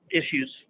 issues